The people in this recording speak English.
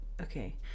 Okay